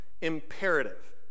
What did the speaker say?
imperative